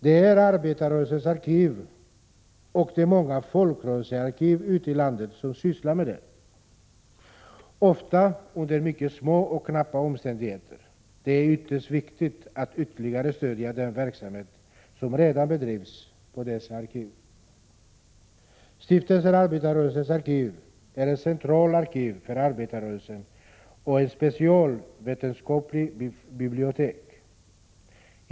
Det är Arbetarrörelsens arkiv och de många folkrörelsearkiven ute i landet som sysslar med detta, ofta under mycket små och knappa omständigheter. Det är ytterst viktigt att ytterligare stödja den verksamhet som redan bedrivs på dessa arkiv. Stiftelsen Arbetarrörelsens arkiv är ett centralt arkiv för arbetarrörelsen och ett specialvetenskapligt bibliotek.